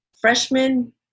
freshman